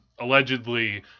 allegedly